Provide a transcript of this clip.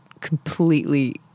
completely